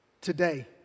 today